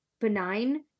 benign